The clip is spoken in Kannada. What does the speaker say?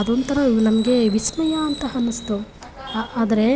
ಅದೊಂಥರ ನಮಗೆ ವಿಸ್ಮಯ ಅಂತ ಅನ್ನಿಸ್ತು ಆದರೆ